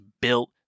built